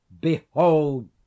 Behold